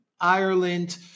Ireland